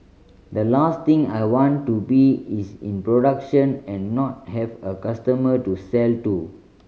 the last thing I want to be is in production and not have a customer to sell to